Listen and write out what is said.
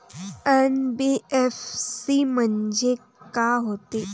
NBFC म्हणजे का होते?